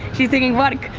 she's singing, work,